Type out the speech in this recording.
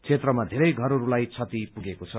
क्षेत्रमा धेरै घरहरूलाई क्षति पुगेको छ